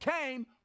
came